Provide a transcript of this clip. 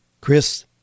chris